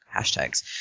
hashtags